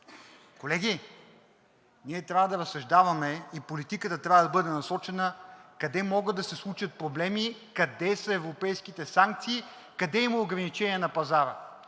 Колеги, ние трябва да разсъждаваме и политиката трябва да бъде насочена къде могат да се случат проблеми, къде са европейските санкции, къде има ограничения на пазара.